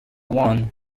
one